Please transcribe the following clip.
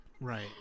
Right